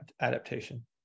adaptation